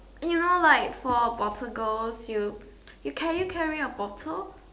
you know like for bottle girls you can you carry a bottle